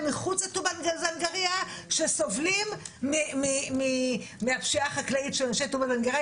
מחוץ לטובא זנגריה שסובלים מחהפשיעה החקלאית של אנשי טובא זנגריה.